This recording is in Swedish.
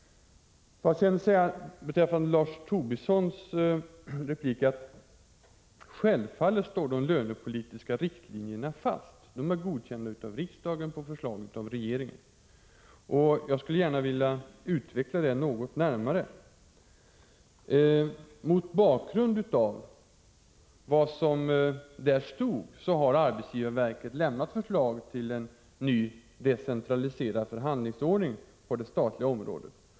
Till vad Lars Tobisson anförde i sin replik vill jag säga att de lönepolitiska riktlinjerna självfallet står fast. De är godkända av riksdagen på förslag av regeringen. Jag skall utveckla saken något närmare. Mot bakgrund av vad som sägs i dessa riktlinjer har arbetsgivarverket lämnat förslag till en ny decentraliserad förhandlingsordning på det statliga området.